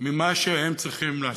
ממה שהם צריכים לעשות.